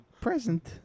present